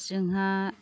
जोंहा